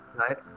Right